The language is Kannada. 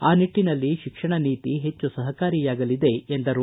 ಆ ನಿಟ್ಟಿನಲ್ಲಿ ಶಿಕ್ಷಣ ನೀತಿ ಹೆಚ್ಚು ಸಹಕಾರಿಯಾಗಲಿದೆ ಎಂದರು